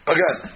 Again